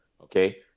okay